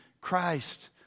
Christ